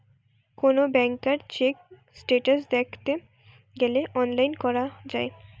কোন ব্যাংকার check status দ্যাখতে গ্যালে অনলাইন করা যায়